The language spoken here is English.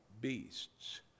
beasts